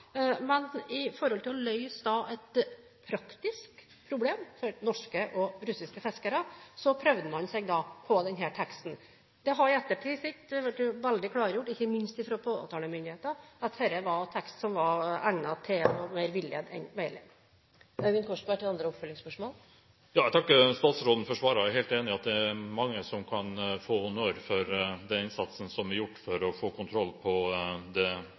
russiske fiskere, prøvde man seg på denne teksten. Man har i ettertid sett, og det har blitt veldig klargjort, ikke minst fra påtalemyndighetene, at dette er en tekst som er mer egnet til å villede enn å veilede. Jeg takker statsråden for svaret. Jeg er helt enig i at det er mange som kan få honnør for den innsatsen som er gjort for å få kontroll på det